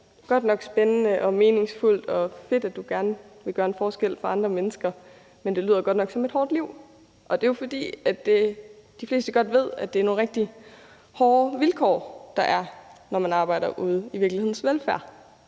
Det er godt nok spændende og meningsfuldt, og det er fedt, at du gerne vil gøre en forskel for andre mennesker, men det lyder som et hårdt liv. Og det er jo, fordi de fleste godt ved, at det er nogle rigtig hårde vilkår, der er, når man arbejder ude i virkelighedens velfærd.